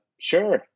sure